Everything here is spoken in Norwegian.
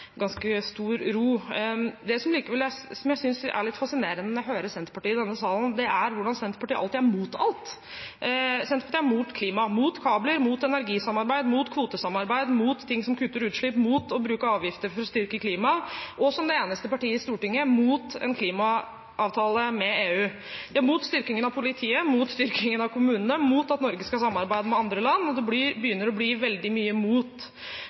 ganske stor ro. Det som jeg synes er litt fascinerende når jeg hører Senterpartiet i denne salen, er hvordan Senterpartiet alltid er imot alt. Senterpartiet er imot klima, imot kabler, imot energisamarbeid, imot kvotesamarbeid, imot ting som kutter utslipp, imot å bruke avgifter for å styrke klimaet, og – som det eneste partiet i Stortinget – imot en klimaavtale med EU. De er imot styrkingen av politiet, imot styrkingen av kommunene og imot at Norge skal samarbeide med andre land. Det begynner å bli veldig mye